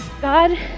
God